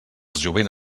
jovent